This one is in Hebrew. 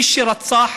מי שרצח,